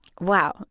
Wow